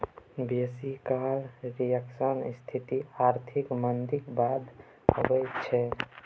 बेसी काल रिफ्लेशनक स्थिति आर्थिक मंदीक बाद अबै छै